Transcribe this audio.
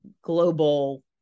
global